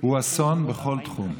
היא אסון, בכל תחום.